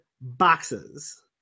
BOXES